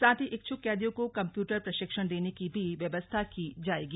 साथ ही इच्छुक कैदियों को कम्प्यूटर प्रशिक्षण देने की भी व्यवस्था की जाएगी